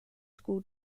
school